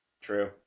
True